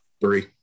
three